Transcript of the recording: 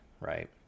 right